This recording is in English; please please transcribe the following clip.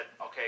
okay